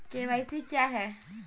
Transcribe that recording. KYC क्या है?